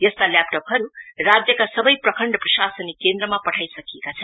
यस्ता ल्येपटपहरु राज्यका सबै प्रखण्ड प्रशासनिक केन्द्रमा पठाइएका छन्